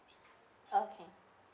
okay